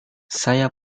saya